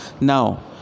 Now